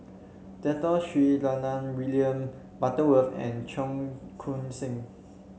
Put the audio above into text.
Dato Sri William Butterworth and Cheong Koon Seng